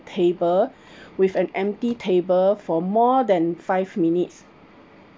table with an empty table for more than five minutes